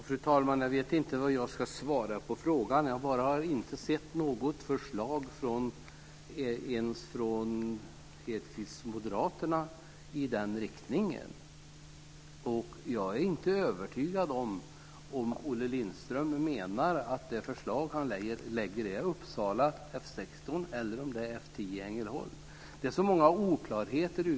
Fru talman! Jag vet inte vad jag ska svara på frågan. Jag har inte sett något förslag ens från Hedquists Moderaterna i den riktningen. Jag är inte övertygad om ifall Olle Lindström menar att det förslag han lägger fram är F 16 i Uppsala eller om det är F 10 i Ängelholm. Det är så många oklarheter.